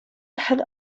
had